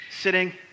sitting